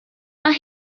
mae